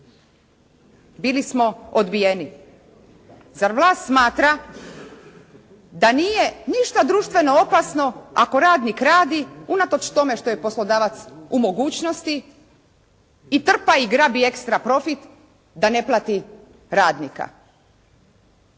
Bili smo odbijeni. Zar vlast smatra da nije ništa društveno opasno ako radnik radi unatoč tome što je poslodavac u mogućnosti i trpa i grabi extra profit da ne plati radnika.